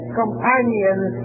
companions